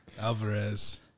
Alvarez